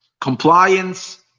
compliance